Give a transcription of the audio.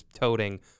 toting